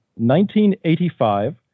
1985